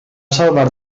salvar